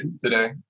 today